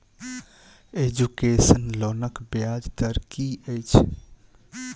Education लोनक ब्याज दर की अछि?